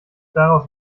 daraus